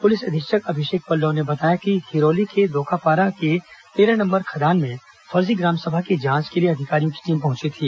police अधीक्षक अभिषेक पल्लव ने बताया कि हिरोली को दोकापारा के तेरह नंबर खदान में फर्जी ग्राम सभा की जांच के लिए अधिकारियों की टीम पहुंची हुई थी